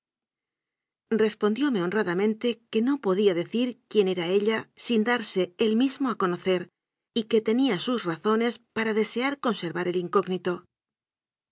veo respondióme honradamente que no podía decir quien era ella sin darse él mismo a conocer y que tenía sus razones para desear conservar el